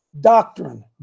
Doctrine